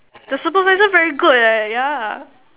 the supervisor very good leh yeah